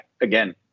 again